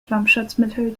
flammschutzmittel